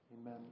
Amen